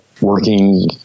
working